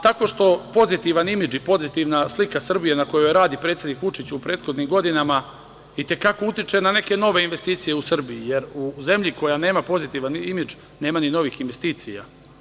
Tako što pozitivan imidž i pozitivna slika Srbije na kojoj radi predsednik Vučić u prethodnim godinama i te kako utiče na neke nove investicije u Srbiji, jer u zemlji koja nema pozitivan imidž nema ni novih investicija.